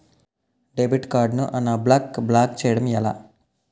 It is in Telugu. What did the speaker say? డెబిట్ కార్డ్ ను అన్బ్లాక్ బ్లాక్ చేయటం ఎలా?